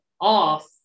off